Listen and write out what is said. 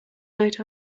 night